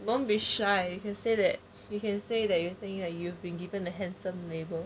don't be shy you can say that you can say that you think you've been given a handsome label